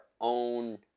own